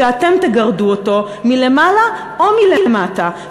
שאתם תגרדו אותו מלמעלה או מלמטה,